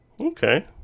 Okay